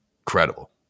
incredible